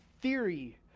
theory